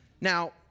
Now